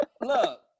look